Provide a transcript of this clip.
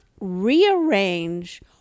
rearrange